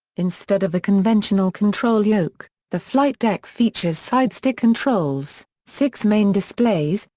instead of a conventional control yoke, the flight deck features side-stick controls, six main displays,